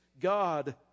God